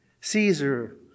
Caesar